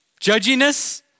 judginess